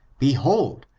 behold,